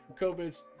COVID